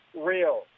real